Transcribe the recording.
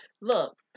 Look